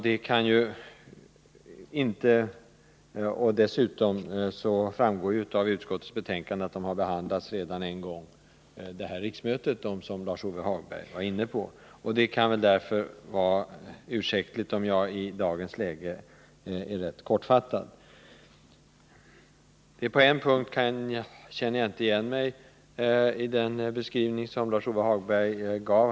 Det framgår dessutom av utskottsbetänkandet att de frågor Lars-Ove Hagberg var inne på har behandlats redan en gång under detta riksmöte. Det kan därför vara ursäktligt om jag i dagens läge är rätt kortfattad. På en punkt känner jag inte igen mig i den beskrivning som Lars-Ove Hagberg gav.